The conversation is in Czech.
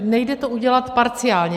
Nejde to udělat parciálně.